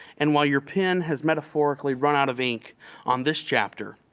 and while your pen has metaphorically run out of ink on this chapter,